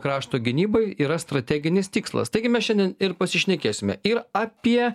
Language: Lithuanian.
krašto gynybai yra strateginis tikslas taigi mes šiandien ir pasišnekėsime ir apie